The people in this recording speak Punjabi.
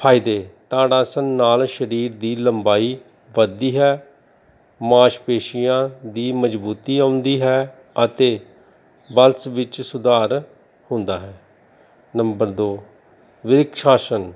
ਫਾਇਦੇ ਤੜ ਆਸਣ ਨਾਲ ਸਰੀਰ ਦੀ ਲੰਬਾਈ ਵੱਧਦੀ ਹੈ ਮਾਸਪੇਸ਼ੀਆਂ ਦੀ ਮਜ਼ਬੂਤੀ ਆਉਂਦੀ ਹੈ ਅਤੇ ਬਲਸ ਵਿੱਚ ਸੁਧਾਰ ਹੁੰਦਾ ਹੈ ਨੰਬਰ ਦੋ ਬ੍ਰਿਕਸ਼ ਆਸਣ